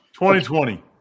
2020